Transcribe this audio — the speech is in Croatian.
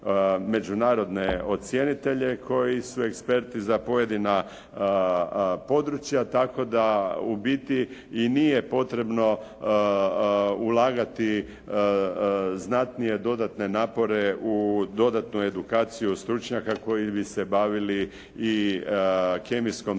međunarodne ocjenitelje koji su eksperti za pojedina područja, tako da u biti i nije potrebno ulagati znatnije dodatne napore u dodatnu edukaciju stručnjaka koji bi se bavili i kemijskom